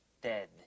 dead